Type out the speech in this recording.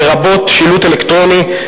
לרבות שילוט אלקטרוני,